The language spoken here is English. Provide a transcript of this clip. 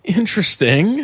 interesting